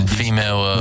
female